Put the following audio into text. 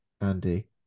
Andy